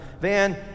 van